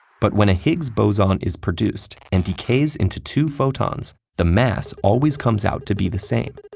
but when a higgs boson is produced and decays into two photons, the mass always comes out to be the same.